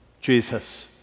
Jesus